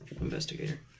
Investigator